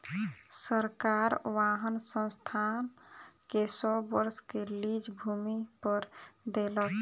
सरकार वाहन संस्थान के सौ वर्ष के लीज भूमि पर देलक